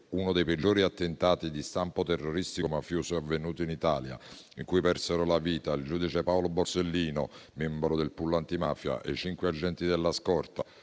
uno dei peggiori attentati di stampo terroristico mafioso avvenuto in Italia, in cui persero la vita il giudice Paolo Borsellino, membro del *pool* antimafia, e i cinque agenti della scorta